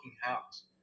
house